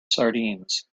sardines